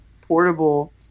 portable